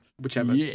Whichever